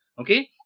okay